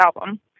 album